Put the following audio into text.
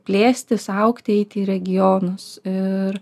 plėstis augti eiti į regionus ir